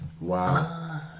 Wow